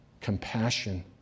compassion